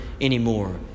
anymore